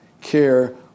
care